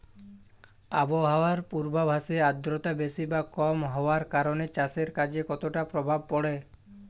আবহাওয়ার পূর্বাভাসে আর্দ্রতা বেশি বা কম হওয়ার কারণে চাষের কাজে কতটা প্রভাব পড়ে?